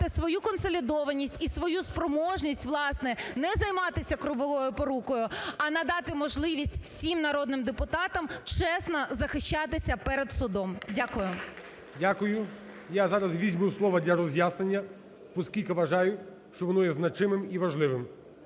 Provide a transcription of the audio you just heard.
свою консолідованість і свою спроможність, власне, не займатися круговою порукою, а надати можливість всім народним депутатам чесно захищатися перед судом. Дякую. ГОЛОВУЮЧИЙ. Дякую. Я зараз візьму слово для роз'яснення, оскільки вважаю, що воно є значимим і важливим.